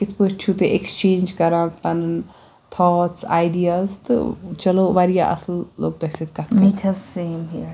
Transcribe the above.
کِتھ پٲٹھۍ چھو تُہۍ ایکٕسچینٛج کَران پَنُن تَھاٹٕس آیڈِیاز تہٕ چَلو واریاہ اصٕل لوٚگ تۄہہِ سٟتۍ کَتھ کران